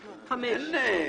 עזוב.